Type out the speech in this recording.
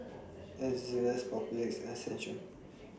Papulex and Centrum